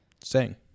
sing